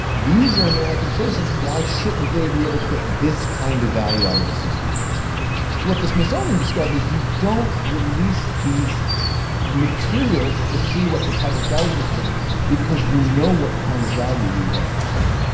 these are american citizens, why shouldn't they be able to get this kind of value out of the system as well. so what the smithsonian discovered is you don't release these materials to see what the public does for them because you know what kind of value you're going to create.